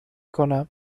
کنم